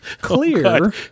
clear